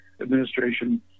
administration